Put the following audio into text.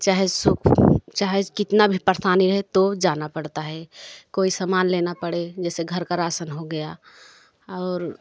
चाहे सुख चाहे कितना भी परेशानी रहे तो जाना पड़ता है कोई समान लेना पड़े जैसे घर का रासन हो गया और